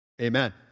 Amen